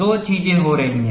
दो चीजें हो रही हैं